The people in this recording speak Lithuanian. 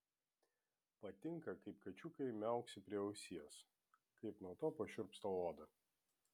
patinka kaip kačiukai miauksi prie ausies kaip nuo to pašiurpsta oda